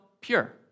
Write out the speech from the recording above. pure